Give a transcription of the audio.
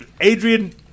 Adrian